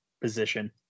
position